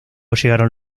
llegaron